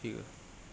ঠিক আ